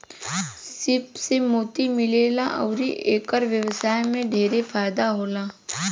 सीप से मोती मिलेला अउर एकर व्यवसाय में ढेरे फायदा होला